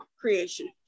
creation